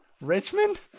Richmond